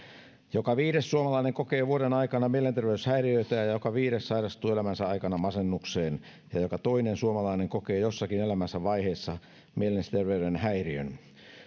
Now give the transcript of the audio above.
joka viides suomalainen kokee vuoden aikana mielenterveyshäiriöitä ja ja joka viides sairastuu elämänsä aikana masennukseen joka toinen suomalainen kokee jossakin elämänsä vaiheessa mielenterveyden häiriön